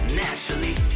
naturally